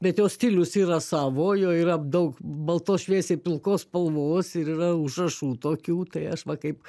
bet jo stilius yra savo jo yra daug baltos šviesiai pilkos spalvos ir yra užrašų tokių tai aš va kaip